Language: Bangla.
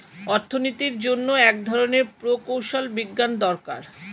অর্থনীতির জন্য এক ধরনের প্রকৌশল বিজ্ঞান দরকার